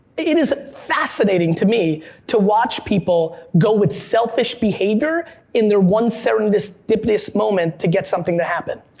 it is fascinating to me to watch people go with selfish behavior in their one serendipitous moment to get something to happen.